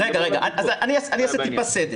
רגע, אני אעשה סדר: